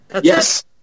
Yes